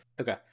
Okay